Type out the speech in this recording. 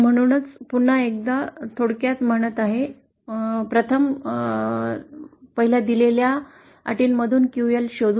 म्हणून पुन्हा एकदा थोडक्यात म्हणत आहे 1 ला दिलेल्या अटींमधून QL शोधू